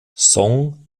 song